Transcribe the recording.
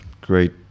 great